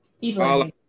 people